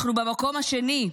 אנחנו במקום השני,